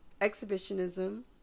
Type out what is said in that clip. exhibitionism